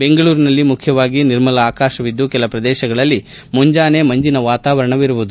ಬೆಂಗಳೂರಿನಲ್ಲಿ ಮುಖ್ಯವಾಗಿ ನಿರ್ಮಲ ಆಕಾಶವಿದ್ದು ಕೆಲ ಪ್ರದೇಶಗಳಲ್ಲಿ ಮುಂಜಾನೆ ಮಂಜಿನ ವಾತಾವರಣವಿರುವುದು